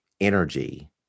energy